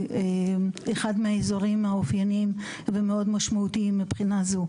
אחד מהאזורים האופייניים ומאוד משמעותיים מבחינה זו,